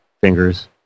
fingers